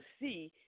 see